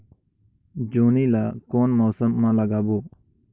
जोणी ला कोन मौसम मा लगाबो?